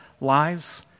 lives